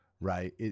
Right